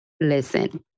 listen